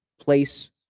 place